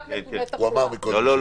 כן.